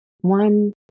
one